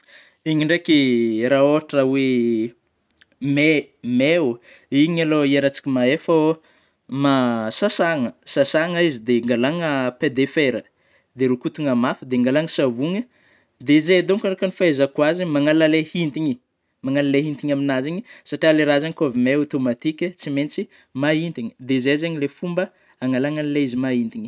Igny ndraiky, raha ôhatry oe mey, mey oh, igny alô hiarahatsika mahey fô, sasagna, sasagna izy dia angalana peuille de fer de rokotagna mafy, dia angalana savony de, zay donc araka ny fahaizako azy magnala lay hitiny, magnala ilay hitiny amin'azy igny, satria lay raha izay kô avy mey automatique tsy maintsy mahitiny, de zay zany lay fômba analana ilay izy mahitiny.